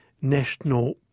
National